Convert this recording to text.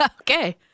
Okay